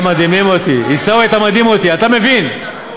על כל פנים,